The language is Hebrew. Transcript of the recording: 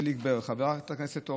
חבר הכנסת חיליק בר,